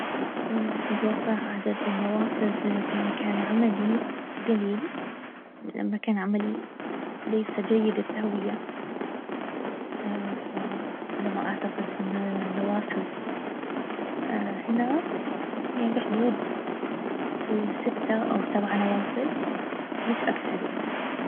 في الواقع عدد النوافذ في مكان عملي قليل. مكان عملي ليس جيد للتهوية. الى ما اعتقد ان النوافذ هنا بحدود الستة او سبعة نوافذ مش اكثر يعني